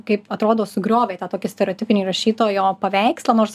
kaip atrodo sugriovei tą tokį stereotipinį rašytojo paveikslą nors